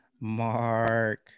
mark